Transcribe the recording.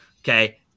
Okay